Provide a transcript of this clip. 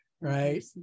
Right